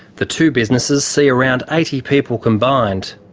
the two businesses see around eighty people combined.